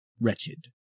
wretched